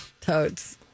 Toads